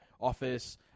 office